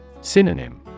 Synonym